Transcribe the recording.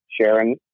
Sharon